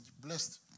blessed